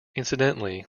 incidentally